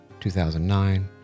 2009